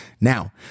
Now